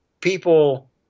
people